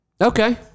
Okay